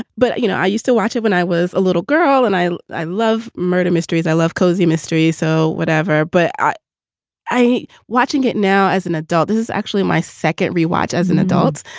but, you know, i used to watch it when i was a little girl. and i. i love murder mysteries i love cozy mysteries. so whatever. but i i watching it now as an adult is actually my second rewatch as an adult.